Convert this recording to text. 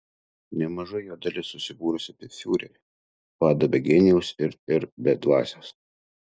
nemaža jo dalis susibūrusi apie fiurerį vadą be genijaus ir ir be dvasios